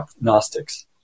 Gnostics